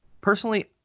personally